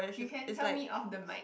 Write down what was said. you can tell me off the mic